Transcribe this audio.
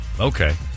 okay